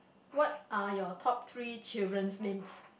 what are your top three children's names